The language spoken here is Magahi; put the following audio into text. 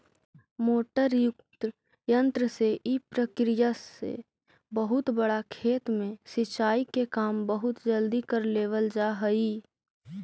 मोटर युक्त यन्त्र से इ प्रक्रिया से बहुत बड़ा खेत में सिंचाई के काम बहुत जल्दी कर लेवल जा हइ